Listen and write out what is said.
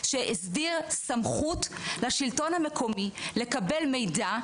שהסדיר לשלטון המקומי סמכות לקבל מידע,